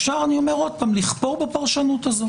אפשר לכפור בפרשנות הזאת